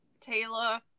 Taylor